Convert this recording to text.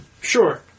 Sure